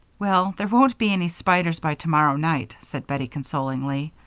well, there won't be any spiders by tomorrow night, said bettie, consolingly,